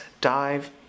dive